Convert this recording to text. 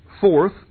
Fourth